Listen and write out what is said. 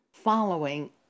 following